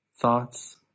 thoughts